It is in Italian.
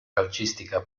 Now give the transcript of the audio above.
calcistica